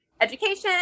education